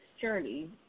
journey